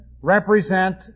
represent